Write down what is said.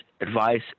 advice